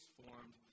formed